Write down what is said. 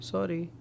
Sorry